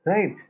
Right